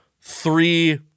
Three